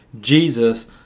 Jesus